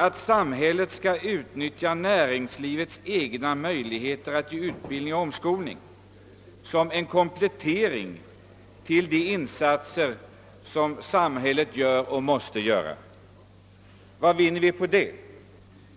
Att samhället skall utnyttja näringslivets egna möjligheter att ge utbildning och omskolning som en komplettering till de insatser som samhället gör och måste göra. Vad vinner vi med det?